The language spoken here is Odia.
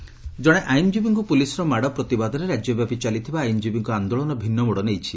ଆଇନଜୀବୀ ଆନୋଳନ ଜଣେ ଆଇନଜୀବୀଙ୍କୁ ପୁଲିସର ମାଡ଼ ପ୍ରତିବାଦରେ ରାଜ୍ୟବ୍ୟାପୀ ଚାଲିଥିବା ଆଇନଜୀବୀଙ୍କ ଆନ୍ଦୋଳନ ଭିନ୍ନ ମୋଡ଼ ନେଇଛି